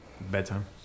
bedtime